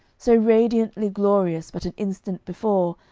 so radiantly glorious but an instant before,